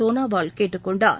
சோனாவால் கேட்டுக் கொண்டார்